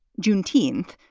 juneteenth,